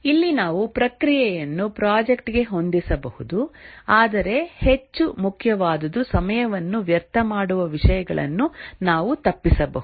ಇಲ್ಲಿ ನಾವು ಪ್ರಕ್ರಿಯೆಯನ್ನು ಪ್ರಾಜೆಕ್ಟ್ ಗೆ ಹೊಂದಿಸಬಹುದು ಆದರೆ ಹೆಚ್ಚು ಮುಖ್ಯವಾದುದು ಸಮಯವನ್ನು ವ್ಯರ್ಥ ಮಾಡುವ ವಿಷಯಗಳನ್ನು ನಾವು ತಪ್ಪಿಸಬಹುದು